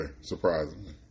Surprisingly